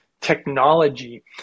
technology